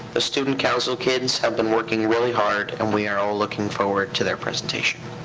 the student council kids have been working really hard, and we are all looking forward to their presentation.